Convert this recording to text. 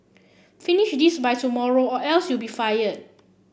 finish this by tomorrow or else you'll be fired